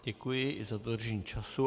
Děkuji za dodržení času.